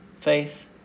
Faith